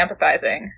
empathizing